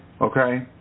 Okay